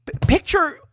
picture